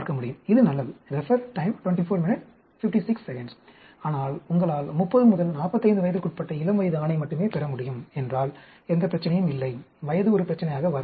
இது நல்லது ஆனால் உங்களால் 30 முதல் 45 வயதிற்குட்பட்ட இளம்வயது ஆணை மட்டுமே பெற முடியும் என்றால் எந்த பிரச்சனையும் இல்லை வயது ஒரு பிரச்சனையாக வராது